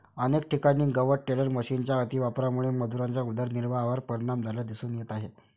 अनेक ठिकाणी गवत टेडर मशिनच्या अतिवापरामुळे मजुरांच्या उदरनिर्वाहावर परिणाम झाल्याचे दिसून येत आहे